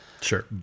Sure